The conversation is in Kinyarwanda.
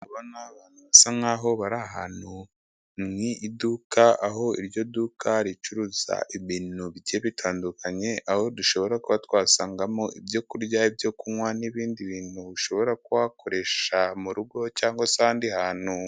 Ndabona abantu basa nkaho bari ahantu mu iduka, aho iryo duka ricuruza ibintu bigiye bitandukanye, aho dushobora kuba twasangamo ibyorya, ibyo kunywa, n'ibindi bintu ushobora kuba wakoresha mu rugo cyangwa se ahandi hantu.